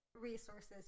resources